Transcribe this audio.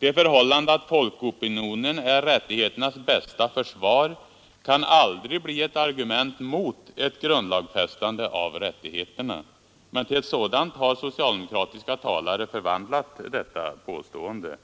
Det förhållandet att folkopinionen är rättigheternas bästa försvar kan aldrig bli ett argument mot ett grundlagsfästande av rättigheterna, men till ett sådant har socialdemokratiska talare förvandlat detta påstående.